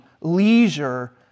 leisure